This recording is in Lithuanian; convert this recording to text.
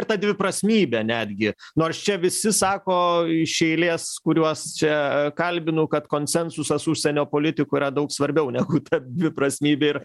ir ta dviprasmybė netgi nors čia visi sako iš eilės kuriuos čia kalbinu kad konsensusas užsienio politikų yra daug svarbiau negu ta dviprasmybė ir